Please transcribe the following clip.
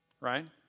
right